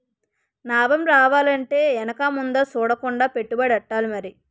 నాబం రావాలంటే ఎనక ముందు సూడకుండా పెట్టుబడెట్టాలి మరి